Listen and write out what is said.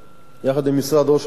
יחד עם משרד ראש הממשלה,